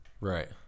Right